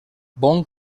bon